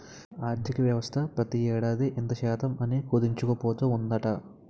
ఆర్థికవ్యవస్థ ప్రతి ఏడాది ఇంత శాతం అని కుదించుకుపోతూ ఉందట